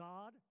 God